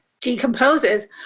decomposes